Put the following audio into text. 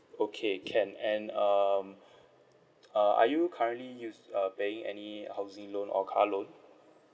okay can and um uh are you currently use uh paying any housing loan or car loan